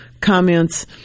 comments